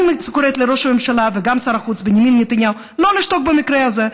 אני קוראת לראש הממשלה וגם שר החוץ בנימין נתניהו שלא לשתוק במקרה הזה.